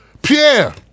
Pierre